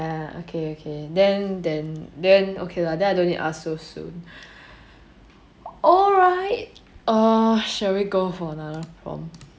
okay okay then then then okay lah then I don't need ah so soon all right or shall we go for the from